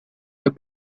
the